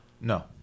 No